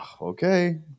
Okay